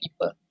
people